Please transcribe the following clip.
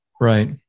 Right